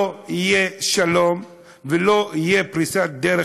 לא יהיה שלום ולא תהיה פריצת דרך